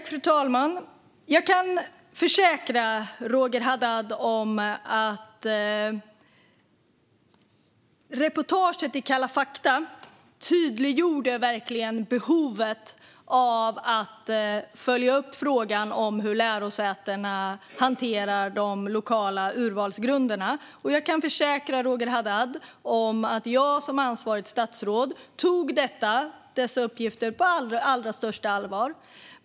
Fru talman! Reportaget i Kalla fakta tydliggjorde verkligen behovet av att följa upp hur lärosäten hanterar de lokala urvalsgrunderna. Jag kan försäkra Roger Haddad om att jag som ansvarigt statsråd tog dessa uppgifter på allra största allvar.